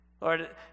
Lord